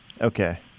Okay